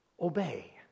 obey